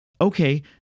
Okay